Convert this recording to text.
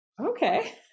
Okay